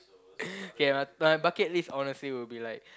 K my my bucket list honestly would be like